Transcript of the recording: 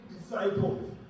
disciples